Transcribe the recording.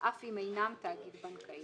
אף אם אינם תאגיד בנקאי."